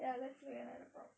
ya let's see another prompt